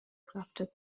crafted